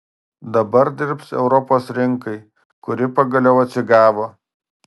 dabar dirbs europos rinkai kuri pagaliau atsigavo